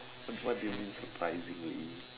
what what do you mean surprisingly